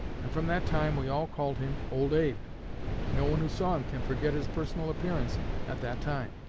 and from that time we all called him old abe no one who saw him can forget his personal appearance at that time.